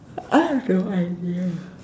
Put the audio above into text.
I have no idea